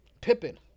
Pippin